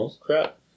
crap